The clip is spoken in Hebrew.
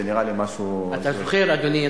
זה נראה לי משהו, אתה זוכר, אדוני?